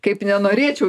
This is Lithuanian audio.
kaip nenorėčiau